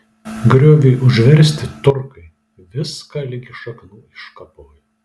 grioviui užversti turkai viską ligi šaknų iškapojo